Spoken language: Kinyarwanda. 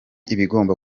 ibigomba